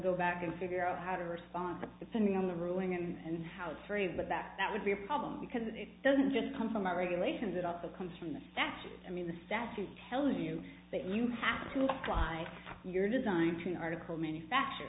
go back and figure out how to respond depending on the ruling and how free but that that would be a problem because it doesn't just come from our regulations it also comes from the statute i mean the statute tell you that you happen to apply your design to an article manufacture